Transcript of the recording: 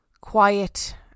quiet